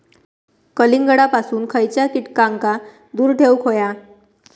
कलिंगडापासून खयच्या कीटकांका दूर ठेवूक व्हया?